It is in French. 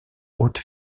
haute